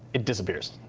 it disappears.